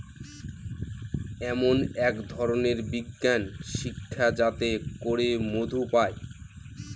এমন এক ধরনের বিজ্ঞান শিক্ষা যাতে করে মধু পায়